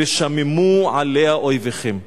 "ושממו עליה אֹיביכם".